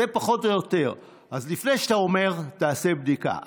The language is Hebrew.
זה פחות או יותר, אז לפני שאתה אומר, תעשה בדיקה.